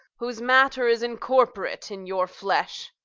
whose matter is incorporate in your flesh.